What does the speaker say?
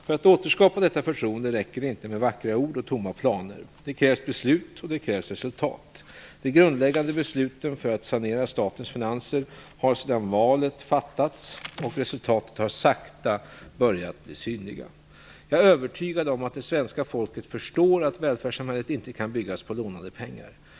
För att återskapa detta förtroende räcker det inte med vackra ord och tomma planer. Det krävs beslut och det krävs resultat. De grundläggande besluten för att sanera statens finanser har sedan valet fattats, och resultaten har sakta börjat bli synliga. Jag är övertygad om att det svenska folket förstår att välfärdssamhället inte kan byggas på lånade pengar.